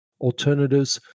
alternatives